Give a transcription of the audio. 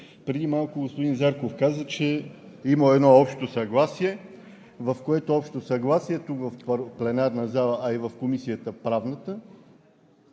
Преди малко господин Зарков каза, че е имало едно общо съгласие, в което общо съгласие тук, в пленарната зала, а и в Правната